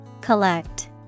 Collect